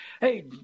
Hey